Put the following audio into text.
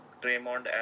Draymond